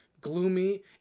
gloomy